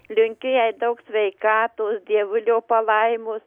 linkiu jai daug sveikatos dievulio palaimos